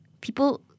people